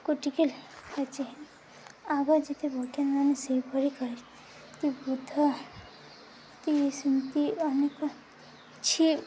ଗୋଟିକ ଆଗ ଯେତେ ବର୍ତ୍ତମାନ ମାନେ ସେହିପରି ତ ବୃଦ୍ଧ କି ସେମତି ଅନେକ କିଛି